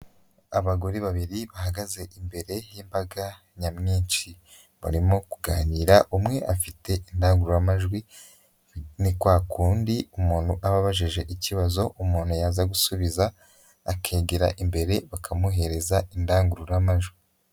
Abagore babiri, bahagaze imbere y'imbaga nyamwinshi; barimo kuganira umwe afite indangururamajwi, ni kwa kundi umuntu aba abajije ikibazo, umuntu yaza gusubiza, akegera imbere bakamuhereza indangururamajwi.